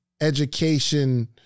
education